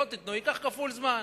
לא תיתנו, ייקח כפול זמן.